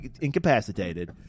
incapacitated